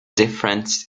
difference